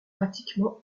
pratiquement